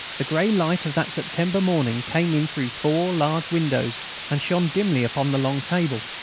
the grey light of that september morning came in through four large windows and shone dimly upon the long table.